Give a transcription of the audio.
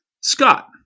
Scott